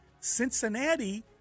Cincinnati